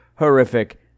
Horrific